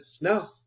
no